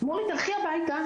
אמר לי: תלכי הביתה,